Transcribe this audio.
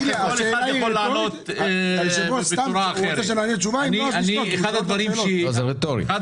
אלו שאלות רטוריות, ינון.